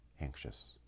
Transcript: anxious